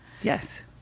Yes